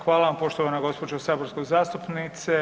Hvala vam poštovana gđo. saborska zastupnice.